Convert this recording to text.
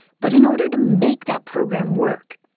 but in order to make that program work,